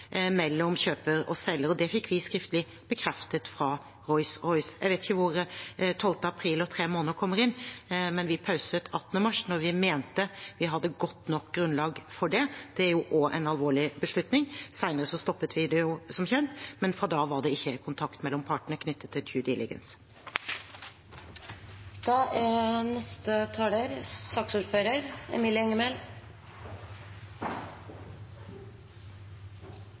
mellom kjøper og selger, og det fikk vi skriftlig bekreftet fra Rolls-Royce. Jeg vet ikke hvor 12. april og tre måneder kommer inn, men vi pauset 18. mars, når vi mente vi hadde godt nok grunnlag for det. Det er jo også en alvorlig beslutning. Senere stoppet vi det, som kjent, men fra da av var det ikke kontakt mellom partene knyttet til